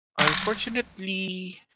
Unfortunately